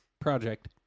Project